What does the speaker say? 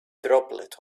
droplet